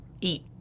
eat